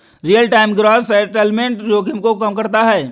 real time gross settlement जोखिम को कम करता है